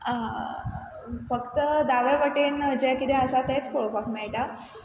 फक्त दाव्या वटेन जें कितें आसा तेंच पळोवपाक मेळटा